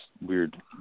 weird